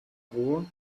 ruhr